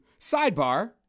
sidebar